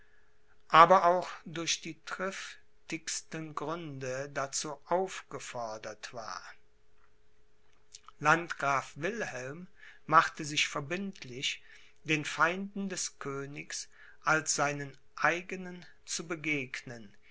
aber auch durch die triftigsten gründe dazu aufgefordert war landgraf wilhelm machte sich verbindlich den feinden des königs als seinen eigenen zu begegnen